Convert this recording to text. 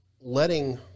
letting